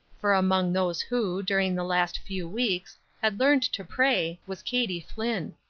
for among those who, during the last few weeks, had learned to pray was katie flinn.